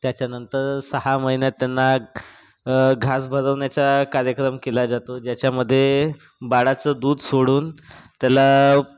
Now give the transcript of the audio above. त्याच्यानंतर सहा महिन्यात त्यांना घ् घास भरवण्याचा कार्यक्रम केला जातो त्याच्यामधे बाळाचं दूध सोडून त्याला